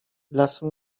lasu